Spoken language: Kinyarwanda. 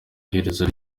iherezo